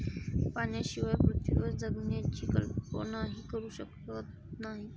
पाण्याशिवाय पृथ्वीवर जगण्याची कल्पनाही करू शकत नाही